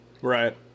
Right